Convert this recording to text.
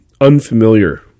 unfamiliar